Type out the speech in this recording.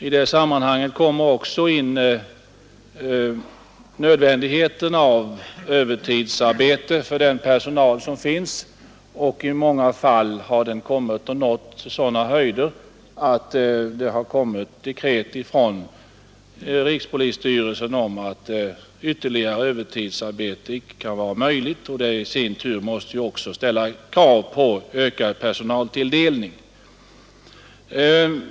I detta sammanhang kommer nödvändigheten av övertidsarbete in i bilden för den personal som finns, och i många fall har detta nått sådana höjder, att det kommit dekret från rikspolisstyrelsen om att ytterligare övertidsarbete inte kan vara möjligt. Detta i sin tur måste ställa krav på ökad personaltilldelning.